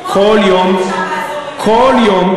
כל יום,